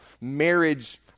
marriage